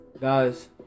Guys